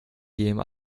geben